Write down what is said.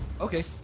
Okay